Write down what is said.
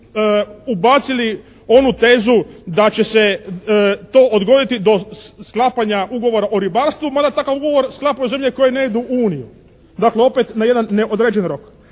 ubacili onu tezu da će se to odgoditi do sklapanja ugovora o ribarstvu mada takav ugovor sklapaju zemlje koje ne idu u Uniju. Dakle opet na jedan neodređen rok.